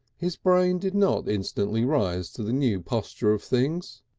his brain did not instantly rise to the new posture of things.